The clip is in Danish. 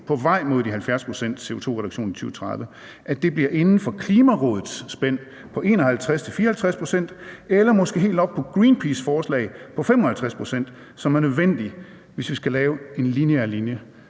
på vej mod CO2-reduktionsmålet på 70 pct., bliver inden for Klimarådets spænd på 51-54 pct. eller måske helt oppe på Greenpeaces forslag på 55 pct., som er nødvendigt, hvis vi skal lave en lineær linje